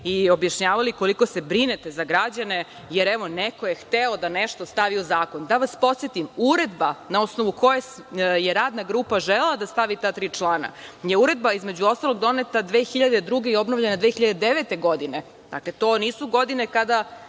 i objašnjavali koliko se brinete za građane, jer evo neko je hteo da nešto stavi u zakon. Da vas podsetim, uredba na osnovu koje je radna grupa želela da stavi ta tri člana, je uredba, između ostalog, doneta 2002. godine i obnovljena 2009. godine. To nisu godine kada